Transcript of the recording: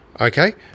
Okay